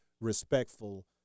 respectful